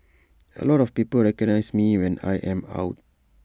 A lot of people recognise me when I am out